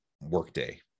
workday